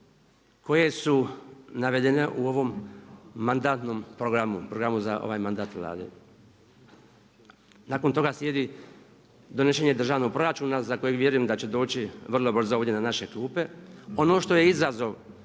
koje su navedene u ovom mandatnom programu, programu za ovaj mandat Vlade. Nakon toga slijedi donošenje državnog proračuna za kojeg vjerujem da će doći vrlo brzo ovdje na naše klupe. Ono što je izazov